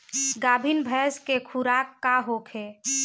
गाभिन भैंस के खुराक का होखे?